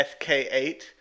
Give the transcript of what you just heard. SK8